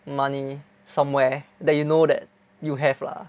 money somewhere that you know that you have lah